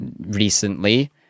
recently